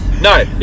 No